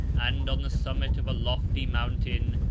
and on the summit of a lofty mountain,